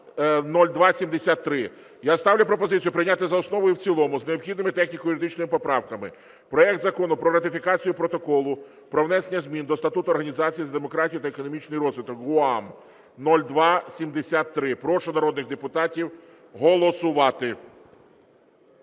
0273. Я ставлю пропозицію прийняти за основу і в цілому з необхідними техніко-юридичними поправками проект Закону про ратифікацію Протоколу про внесення змін до Статуту Організації за демократію та економічний розвиток – ГУАМ (0273). Прошу народних депутатів голосувати.